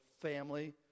Family